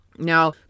Now